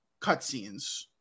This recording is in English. cutscenes